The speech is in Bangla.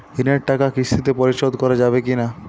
ঋণের টাকা কিস্তিতে পরিশোধ করা যাবে কি না?